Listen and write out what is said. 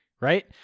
Right